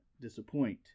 disappoint